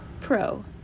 Pro